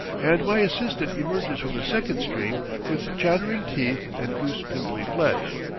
and my assistant emerges from the second stream with chattering teeth and goose-pimply flesh.